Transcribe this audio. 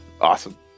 Awesome